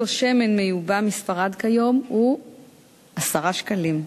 שמן מיובא מספרד כיום הוא 10 שקלים,